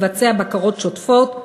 מבצע בקרות שוטפות,